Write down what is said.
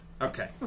Okay